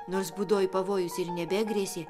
nors būdoj pavojus ir nebegrėsė